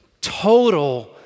total